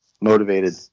motivated